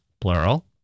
plural